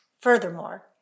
Furthermore